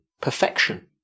perfection